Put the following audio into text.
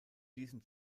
diesem